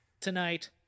tonight